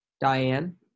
Diane